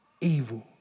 evil